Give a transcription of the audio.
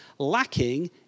lacking